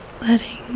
Letting